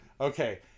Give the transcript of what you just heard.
Okay